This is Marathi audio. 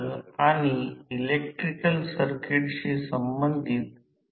ही एक यांत्रिक उर्जा आहे ज्याला सकल म्हणतात जे आपण पाहू